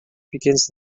begins